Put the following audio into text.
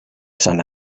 sant